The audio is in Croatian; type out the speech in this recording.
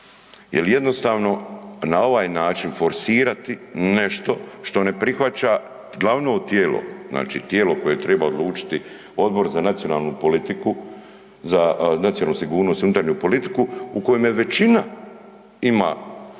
jel jednostavno na ovaj način forsirati nešto što ne prihvaća glavno tijelo, znači tijelo koje treba odlučiti Odbor za nacionalnu politiku, za nacionalnu sigurnosti i unutarnju politiku u kojem je većina ima